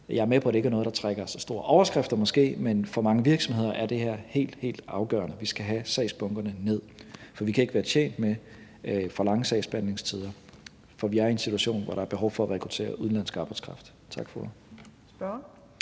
Jeg er med på, at det ikke er noget, der måske trækker så store overskrifter, men for mange virksomheder er det her helt, helt afgørende. Vi skal have sagsbunkerne ned. Vi kan ikke være tjent med for lange sagsbehandlingstider, for vi er i en situation, hvor der er behov for at rekruttere udenlandsk arbejdskraft. Tak for